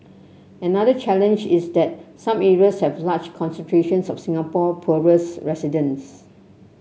another challenge is that some areas have large concentrations of Singapore poorest residents